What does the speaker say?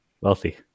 wealthy